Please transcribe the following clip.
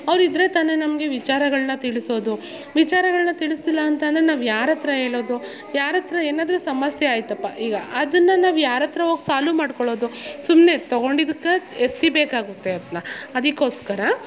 ಅವರಿದ್ರೆ ತಾನೆ ನಮಗೆ ವಿಚಾರಗಳನ್ನ ತಿಳಿಸೋದು ವಿಚಾರಗಳನ್ನ ತಿಳಿಸಿಲ್ಲ ಅಂತ ಅಂದ್ರೆ ನಾವು ಯಾರ ಹತ್ರ ಹೇಳೋದು ಯಾರ ಹತ್ರ ಏನಾದರೂ ಸಮಸ್ಯೆ ಆಯಿತಪ್ಪ ಈಗ ಅದನ್ನು ನಾವು ಯಾರ ಹತ್ರ ಹೋಗಿ ಸಾಲ್ವ್ ಮಾಡ್ಕೊಳ್ಳೋದು ಸುಮ್ಮನೆ ತೊಗೊಂಡಿದ್ಕೆ ಎಸಿಬೇಕಾಗುತ್ತೆ ಅದನ್ನ ಅದಕ್ಕೋಸ್ಕರ